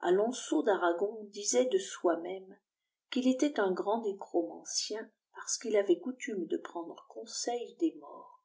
âlonso d'arragon disait de soi-même qu'il était un grand nécromancien parce qu'il avait coutume de prendre conseil des morts